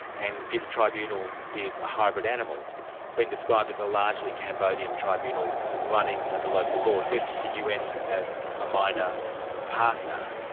and this tribunal is a hybrid animal. it's been described as a largely cambodian tribunal running under local laws, with the un as a minor partner.